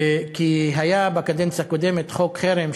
כי בקדנציה הקודמת היה חוק חרם,